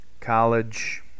college